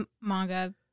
manga